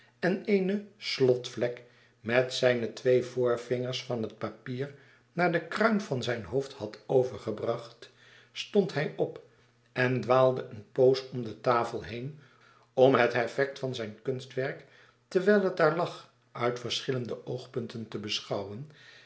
en eene slot vlek met zijne twee voorvingers van het papier naar de kruin van zijn hoofd had overgebracht stond hij op en dwaalde een poos om de tafel heen om het effect van zijn kunstwerk terwijl het daar lag uit verschillende oogpunten te beschouwen